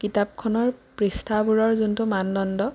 কিতাপখনৰ পৃষ্ঠাবোৰৰ যোনটো মানদণ্ড